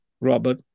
Robert